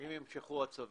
אם יימשכו הצווים,